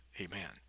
Amen